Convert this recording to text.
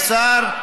הוא שר.